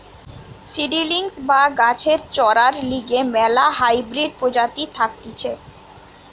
seedlings বা গাছের চরার লিগে ম্যালা হাইব্রিড প্রজাতি থাকতিছে